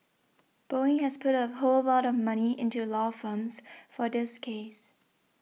Boeing has put a whole lot of money into law firms for this case